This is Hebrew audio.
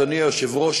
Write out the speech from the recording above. אדוני היושב-ראש,